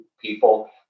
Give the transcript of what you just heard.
people